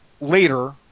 later